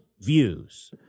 views